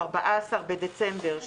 14 בדצמבר,